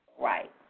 right